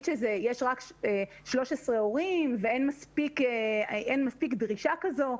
שיש רק 13 הורים ואין מספיק דרישה כזו,